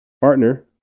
partner